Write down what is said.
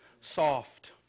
soft